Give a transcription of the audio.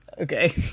Okay